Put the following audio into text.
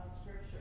Scripture